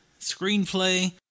screenplay